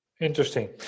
Interesting